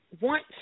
Want